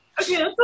okay